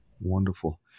Wonderful